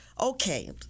Okay